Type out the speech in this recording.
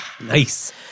Nice